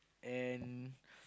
and